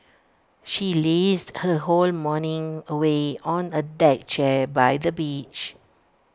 she lazed her whole morning away on A deck chair by the beach